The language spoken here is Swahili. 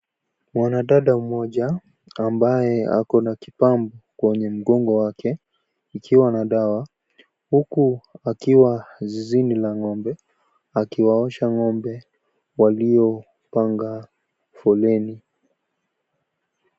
Mwanadada mmoja ambaye ako na kipump kwenye mgongo wake ikiwa na dawa huku akiwa zizini la ng'ombe akiwaosha ng'ombe waliopanga foleni.